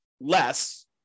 less